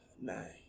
Nine